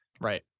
Right